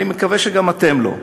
ואני מקווה שגם אתם לא.